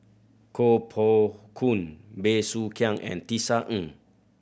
Koh Poh Koon Bey Soo Khiang and Tisa Ng